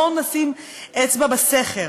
בואו נשים אצבע בסכר.